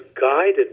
guided